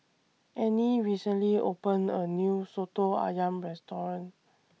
Annie recently opened A New Soto Ayam Restaurant